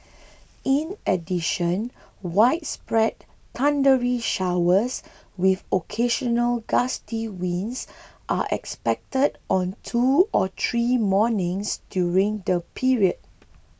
in addition widespread thundery showers with occasional gusty winds are expected on two or three mornings during the period